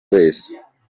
wese